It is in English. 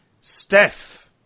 Steph